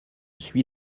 suis